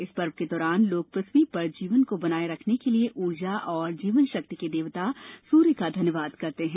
इस पर्व के दौरान लोग पृथ्वी पर जीवन को बनाए रखने के लिए ऊर्जा और जीवन शक्ति के देवता सूर्य का धन्यवाद करते हैं